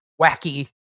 wacky